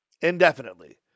Indefinitely